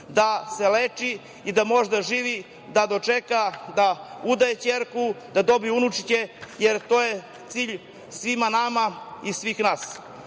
da se leči i da može da živi, da dočeka da udaje ćerku, da dobije unučiće, jer to je cilj svima nama i svih nas. Još